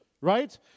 Right